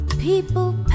people